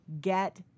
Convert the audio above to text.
Get